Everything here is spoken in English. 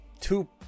two